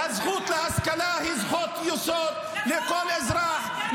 הזכות להשכלה היא זכות יסוד לכל אזרח,